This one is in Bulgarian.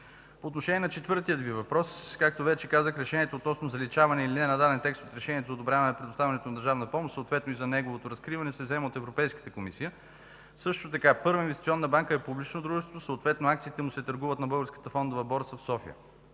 По отношение на четвъртия Ви въпрос. Както вече казах, решението относно заличаване или не на даден текст от Решението за одобряване и предоставяне на държавна помощ, съответно и за неговото разкриване, се взема от Европейската комисия. Също така Първа инвестиционна банка е публично дружество, съответно акциите му се търгуват на Българската фондова борса в София.